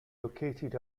located